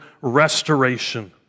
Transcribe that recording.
restoration